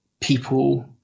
people